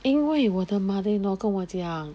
因为我的 mother in law 跟我讲